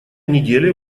неделе